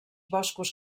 boscos